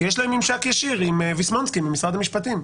כי יש להם ממשק ישיר עם ויסמונסקי ממשרד המשפטים,